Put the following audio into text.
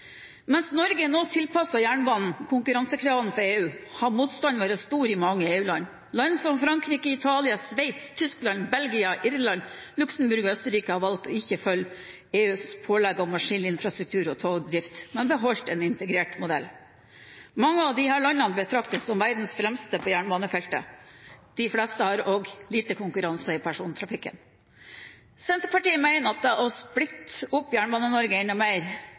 Mens Norge nå tilpasser jernbanen konkurransekravene fra EU, har motstanden vært stor i mange EU-land. Land som Frankrike, Italia, Sveits, Tyskland, Belgia, Irland, Luxembourg og Østerrike har valgt ikke å følge EUs pålegg om å skille infrastruktur og togdrift, men beholdt en integrert modell. Mange av disse landene betraktes som verdens fremste på jernbanefeltet. De fleste har også lite konkurranse i persontrafikken. Senterpartiet mener at å splitte opp Jernbane-Norge enda mer